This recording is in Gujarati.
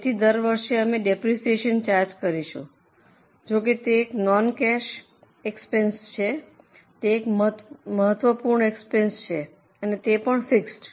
તેથી દર વર્ષે અમે ડેપ્રિસિએશન ચાર્જ કરીશું જો કે તે એક નોન કેશ એક્સપેન્સ છે તે એક મહત્વપૂર્ણ એક્સપેન્સ છે અને તે પણ ફિક્સડ